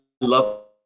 love